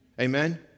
Amen